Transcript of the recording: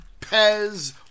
Pez